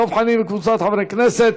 דב חנין וקבוצת חברי הכנסת.